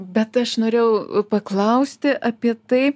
bet aš norėjau paklausti apie tai